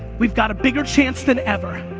we've got a bigger chance than ever.